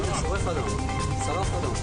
אור אדום, מרימים גלגל,